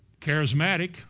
charismatic